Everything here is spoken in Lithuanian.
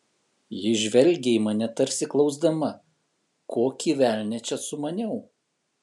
ji žvelgė į mane tarsi klausdama kokį velnią čia sumaniau